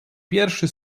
pierwszy